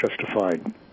justified